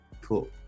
cool